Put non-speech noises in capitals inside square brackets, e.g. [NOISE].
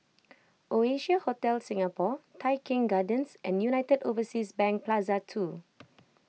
[NOISE] Oasia Hotel Singapore Tai Keng Gardens and United Overseas Bank Plaza two [NOISE]